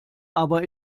aber